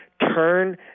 turn